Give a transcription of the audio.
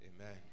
Amen